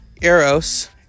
Eros